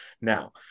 Now